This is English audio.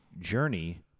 Journey